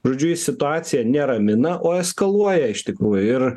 žodžiu jis situaciją ne ramina o eskaluoja iš tikrųjų ir